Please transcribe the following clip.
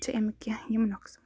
چھِ اَمِکۍ کینٛہہ یِم نۄقصان